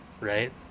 right